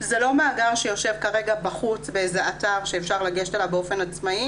זה לא מאגר שיושב כרגע בחוץ באיזה אתר שאפשר לגשת אליו באופן עצמאי